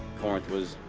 corinth was,